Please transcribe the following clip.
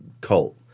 cult